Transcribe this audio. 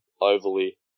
overly